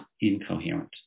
incoherent